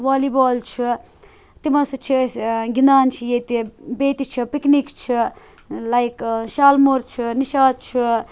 والی بال چھُ تِمو سۭتۍ چھِ أسۍ گَنٛدان چھِ ییٚتہِ بیٚیہِ تہِ چھِ پِکنِک چھِ لایِک شالمور چھُ نِشاط چھُ